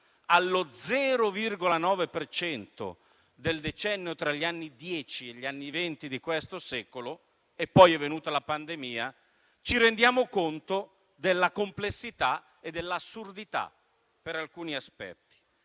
per cento del decennio tra gli anni Dieci e gli anni Venti di questo secolo, cui è seguita la pandemia, ci rendiamo conto della complessità e dell'assurdità per alcuni aspetti.